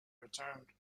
returned